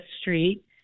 Street